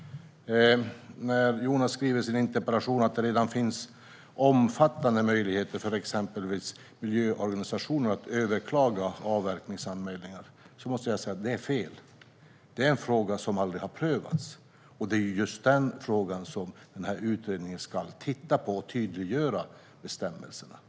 I interpellationen står det att det redan finns omfattande möjligheter för exempelvis miljöorganisationer att överklaga avverkningsanmälningar, men detta är fel. Det här är en fråga som aldrig har prövats, och det är denna fråga som utredningen ska titta på och tydliggöra bestämmelserna för.